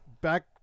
back